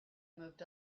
moved